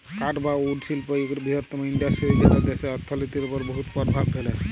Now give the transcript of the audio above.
কাঠ বা উড শিল্প ইক বিরহত্তম ইল্ডাসটিরি যেট দ্যাশের অথ্থলিতির উপর বহুত পরভাব ফেলে